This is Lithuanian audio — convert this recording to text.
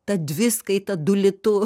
ta dviskaita du litu